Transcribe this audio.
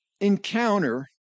encounter